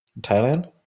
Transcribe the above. Thailand